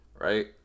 right